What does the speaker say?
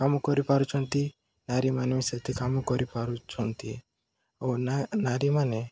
କାମ କରିପାରୁଛନ୍ତି ନାରୀମାନେ ବି ସେତେ କାମ କରିପାରୁଛନ୍ତି ଓ ନାରୀମାନେ